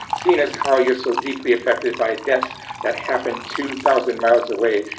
seeing as how you're so deeply affected by deaths that happened two thousand miles away,